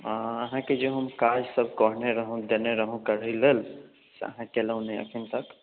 अहाँके जे हम काजसभ कहने रहौँ देने रहौँ करय लेल से अहाँ केलहुँ नहि एखन तक